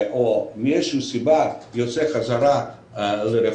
או אם יש לו סיבה לצאת חזרה לרחוב,